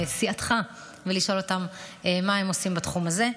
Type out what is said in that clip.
סיעתך, ולשאול אותם מה הם עושים בתחום הזה.